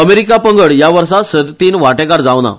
अमेरिका पंगड या वर्सा सर्तीन वांटेकार जांव ना